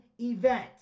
event